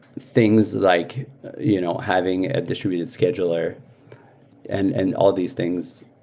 things like you know having a distributed scheduler and and all these things,